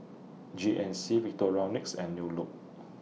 G N C Victorinox and New Look